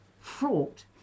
fraught